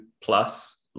plus